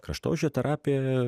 kraštovaizdžio terapija